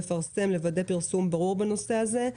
לוודא פרסום ברור בנושא הזה.